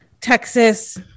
Texas